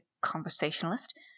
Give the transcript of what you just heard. conversationalist